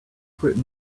written